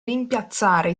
rimpiazzare